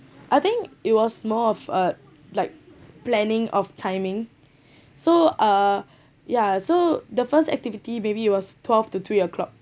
I think it was more of uh like planning of timing so uh yeah so the first activity maybe it was twelve to three o'clock